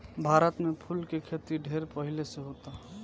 भारत में फूल के खेती ढेर पहिले से होता